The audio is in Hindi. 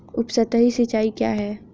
उपसतही सिंचाई क्या है?